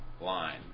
line